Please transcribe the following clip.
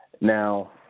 now